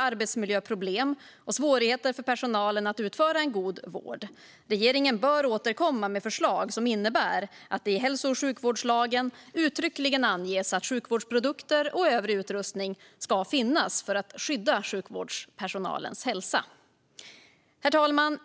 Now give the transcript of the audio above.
arbetsmiljöproblem och svårigheter för personalen att utföra en god vård. Regeringen bör återkomma med förslag som innebär att det i hälso och sjukvårdslagen uttryckligen anges att sjukvårdsprodukter och övrig utrustning ska finnas för att skydda sjukvårdspersonalens hälsa. Herr talman!